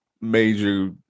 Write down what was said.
major